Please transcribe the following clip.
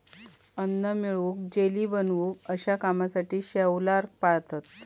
अन्न मिळवूक, जेली बनवूक अश्या कामासाठी शैवाल पाळतत